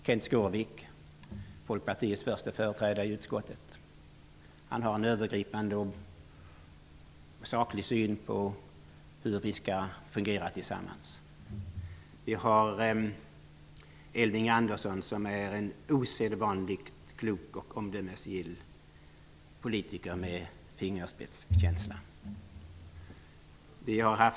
Kenth Skårvik, folkpartiets förste företrädare i utskottet, har en övergripande och saklig syn på hur vi skall fungera tillsammans. Elving Andersson är en osedvanligt klok och omdömesgill politiker med fingerspetskänsla.